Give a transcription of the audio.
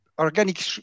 organic